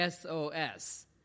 SOS